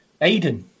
Aiden